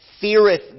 ...feareth